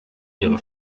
ihre